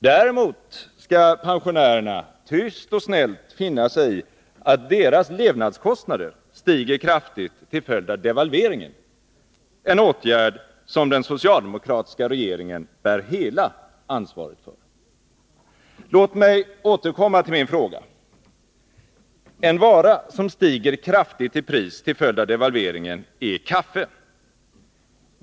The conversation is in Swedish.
Däremot skall pensionärerna tyst och snällt finna sig i att deras levnadskostnader stiger kraftigt till följd av devalveringen, en åtgärd som den socialdemokratiska regeringen bär hela ansvaret för. Låt mig återkomma till min fråga. En vara som stiger kraftigt i pris till följd av devalveringen är kaffet.